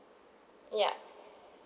ya